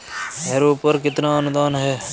Harrow पर कितना अनुदान है?